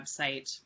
website